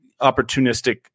opportunistic